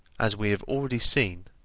as we have already seen,